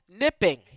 Nipping